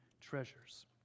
treasures